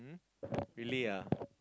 hmm really ah